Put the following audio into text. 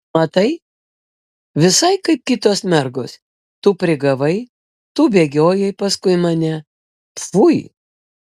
matai visai kaip kitos mergos tu prigavai tu bėgiojai paskui mane pfui